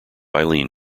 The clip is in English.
eileen